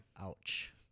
Ouch